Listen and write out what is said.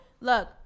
Look